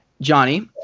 Johnny